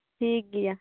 ᱴᱷᱤᱠ ᱜᱮᱭᱟ